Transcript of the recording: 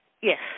Yes